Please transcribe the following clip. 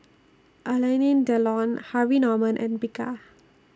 Alanine Delon Harvey Norman and Bika